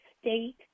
state